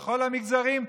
בכל המגזרים,